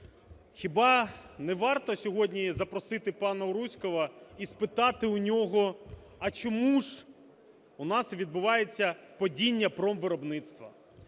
Хіба не варто сьогодні запросити пана Уруського і спитати у нього, а чому ж у нас відбувається падіння промвиробництва?